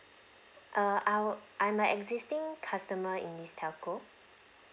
err I I'm a existing customer in this telco